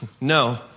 No